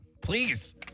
Please